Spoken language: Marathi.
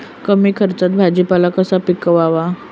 कमी खर्चात भाजीपाला कसा पिकवावा?